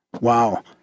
Wow